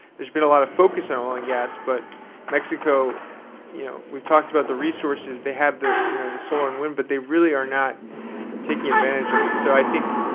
there's been a lot of focus on oil and gas, but mexico you know we've talked about the resources. they have the you know the solar and wind, but they really are not taking advantage of it. so, i think,